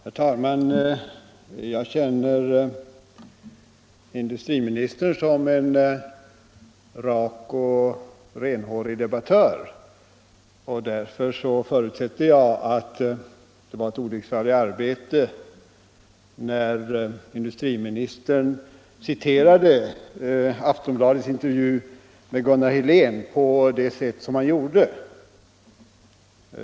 Herr talman! Jag känner industriministern som en rak och renhårig debattör, och därför förutsätter jag att det var ett olycksfall i arbetet när industriministern citerade Aftonbladets intervju med Gunnar Helén på det sätt som han gjorde.